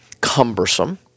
cumbersome